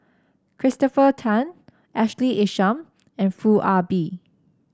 Christopher Tan Ashley Isham and Foo Ah Bee